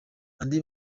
andi